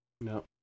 No